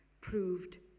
proved